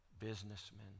businessmen